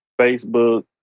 Facebook